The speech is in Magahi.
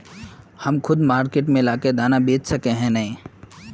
हम खुद मार्केट में ला के दाना बेच सके है नय?